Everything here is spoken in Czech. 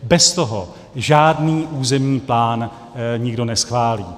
Bez toho žádný územní plán nikdo neschválí.